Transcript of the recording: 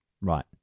Right